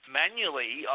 manually